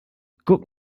guck